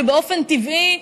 באופן טבעי,